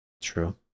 True